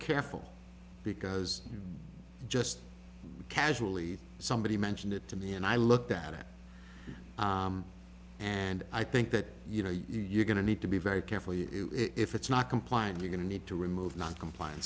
careful because just casually somebody mentioned it to me and i looked at it and i think that you know you're going to need to be very careful if it's not compliant you're going to need to remove noncomplian